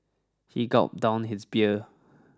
he gulped down his beer